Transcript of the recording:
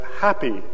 happy